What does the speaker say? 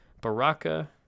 Baraka